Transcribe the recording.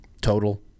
total